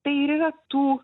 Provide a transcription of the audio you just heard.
tai ir yra tų